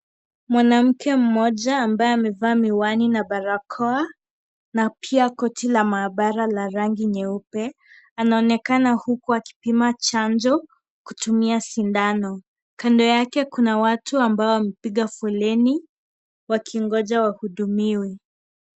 Mwanamke mmoja ambaye amevaa miwani na barakoa na pia koti la maabara la rangi nyeupe anaonekana huku akipima chanjo kutumia sindano. Kando yake kuna watu ambao wamepiga foreni wakingoja wahudumiwe.